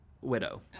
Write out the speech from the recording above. widow